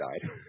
died